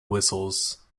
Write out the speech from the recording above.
whistles